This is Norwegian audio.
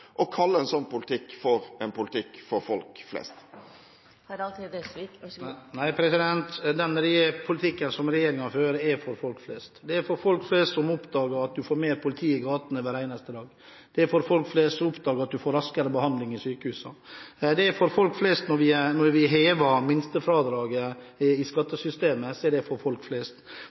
å kalle en slik politikk for en politikk for folk flest? Nei, den politikken som regjeringen fører, er for folk flest. Den er for folk flest som oppdager at man får mer politi i gatene hver eneste dag, den er for folk flest som oppdager at man får raskere behandling på sykehusene, den er for folk flest når vi hever minstefradraget i skattesystemet, og den er det